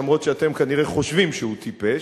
אף שאתם כנראה חושבים שהוא טיפש.